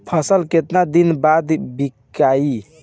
फसल केतना दिन बाद विकाई?